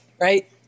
right